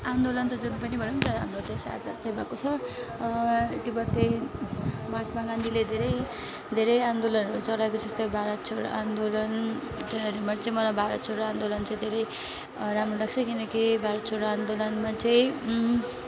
आन्दोलन त जुन पनि भनौँ तर हाम्रो देश आजाद चाहिँ भएको छ त्यो बाद चाहिँ महात्मा गान्धीले धेरै धेरै आन्दोलनहरू छ रा जस्तै भारत छोडो आन्दोलन त्योभरिमा चाहिँ मलाई भारत छोडो आन्दोलन चाहिँ धेरै राम्रो लाग्छ किनकि भारत छोडो आन्दोलनमा चाहिँ